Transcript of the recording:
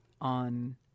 on